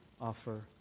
offer